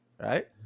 Right